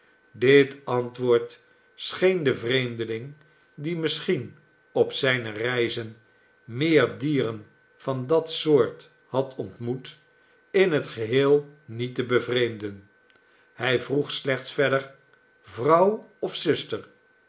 dit antwobrd scheen den vreemdeling die misschien op zijne reizen meer dieren van dat soort had ontmoet in het geheel niet te bevreemden hij vroeg slechts verder vrouw of zuster